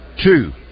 two